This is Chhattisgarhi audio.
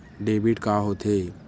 डेबिट का होथे?